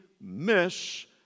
miss